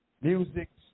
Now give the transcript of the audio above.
Music